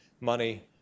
money